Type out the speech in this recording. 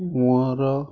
ମୋର